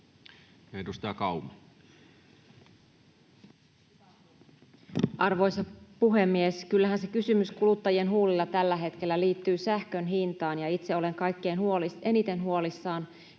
Edustaja Kauma. Arvoisa puhemies! Kyllähän se kysymys kuluttajien huulilla tällä hetkellä liittyy sähkön hintaan, ja itse olen kaikkein eniten huolissani